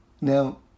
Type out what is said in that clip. Now